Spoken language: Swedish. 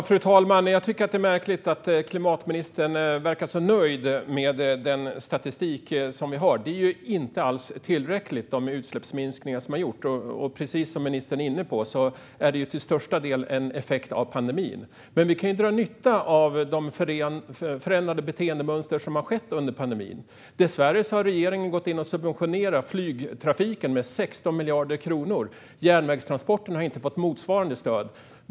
Fru talman! Det är märkligt att klimatministern verkar så nöjd med statistiken. Utsläppsminskningarna är inte alls tillräckliga. Precis som ministern är inne på är de till största delen en effekt av pandemin. Men vi kan dra nytta av förändrade beteendemönster som har skett under pandemin. Dessvärre har regeringen subventionerat flygtrafiken med 16 miljarder kronor. Järnvägstransporterna har inte fått motsvarande stöd.